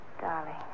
Darling